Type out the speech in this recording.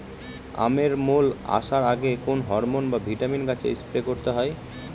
আমের মোল আসার আগে কোন হরমন বা ভিটামিন গাছে স্প্রে করতে হয়?